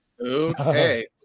Okay